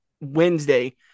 Wednesday